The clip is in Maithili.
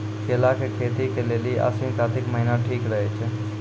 केला के खेती के लेली आसिन कातिक महीना ठीक रहै छै